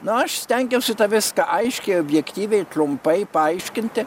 na aš stengiausi tą viską aiškiai objektyviai trumpai paaiškinti